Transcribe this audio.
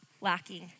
lacking